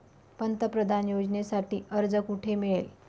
पंतप्रधान योजनेसाठी अर्ज कुठे मिळेल?